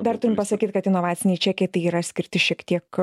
dar turim pasakyt kad inovaciniai čekiai tai yra skirti šiek tiek